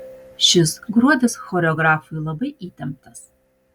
šis gruodis choreografui labai įtemptas